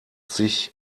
sich